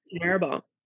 terrible